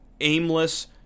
Aimless